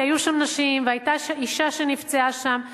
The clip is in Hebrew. כי היו שם נשים ואשה נפצעה שם.